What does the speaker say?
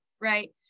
right